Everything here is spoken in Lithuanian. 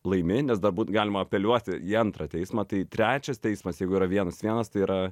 laimi nes dar būt galima apeliuoti į antrą teismą tai trečias teismas jeigu yra vienas vienas tai yra